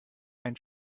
ein